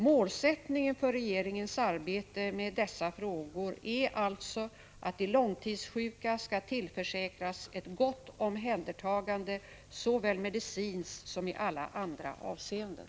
Målsättningen för regeringens arbete med dessa frågor är alltså att de långtidssjuka skall tillförsäkras ett gott omhändertagande såväl medicinskt som i alla andra avseenden.